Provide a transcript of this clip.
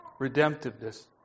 redemptiveness